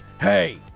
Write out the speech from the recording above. Hey